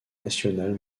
nationale